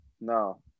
No